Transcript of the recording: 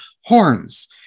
horns